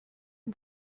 and